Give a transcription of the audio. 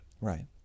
Right